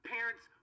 Parents